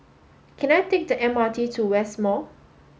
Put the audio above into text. can I take the M R T to West Mall